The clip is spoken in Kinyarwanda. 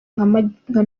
nka